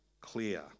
clear